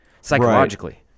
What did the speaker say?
psychologically